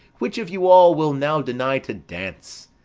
which of you all will now deny to dance?